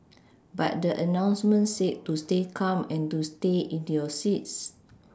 but the announcement said to stay calm and to stay in your seats